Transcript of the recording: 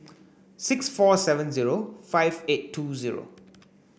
six four seven zero five eight two zero